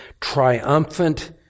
triumphant